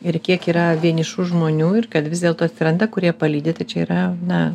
ir kiek yra vienišų žmonių ir kad vis dėlto atsiranda kurie palydi tai čia yra na